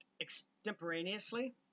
extemporaneously